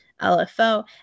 LFO